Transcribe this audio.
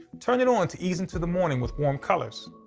turn it on to ease into the morning with warm colors,